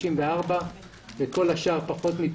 94, וכל השאר פחות מ-90.